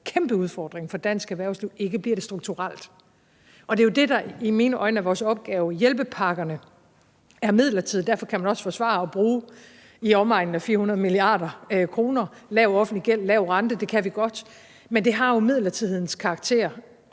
kæmpe udfordring – for dansk erhvervsliv, ikke bliver det strukturelt. Det er jo det, der i mine øjne er vores opgave. Hjælpepakkerne er midlertidige, og derfor kan man også forsvare at bruge i omegnen af 400 mia. kr. – vi har lav offentlig gæld, lav rente, så det kan vi godt – men de har jo midlertidighedens karakter,